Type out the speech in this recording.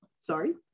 Sorry